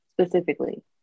specifically